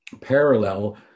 parallel